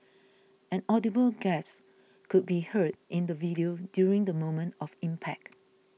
an audible gasp could be heard in the video during the moment of impact